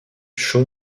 sean